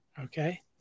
Okay